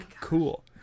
cool